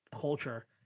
culture